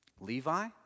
Levi